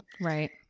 Right